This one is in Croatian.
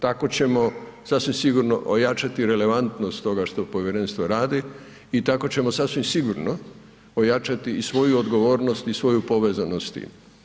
Tako ćemo sasvim sigurno ojačati relevantnost toga što povjerenstvo radi i tako ćemo, sasvim sigurno ojačati i svoju odgovornost i svoju povezanost s tim.